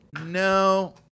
No